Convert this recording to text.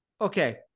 Okay